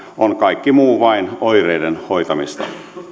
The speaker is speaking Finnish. on kaikki muu vain oireiden hoitamista